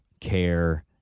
Care